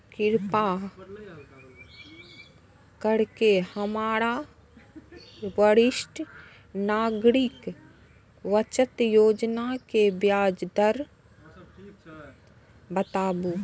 कृपा करके हमरा वरिष्ठ नागरिक बचत योजना के ब्याज दर बताबू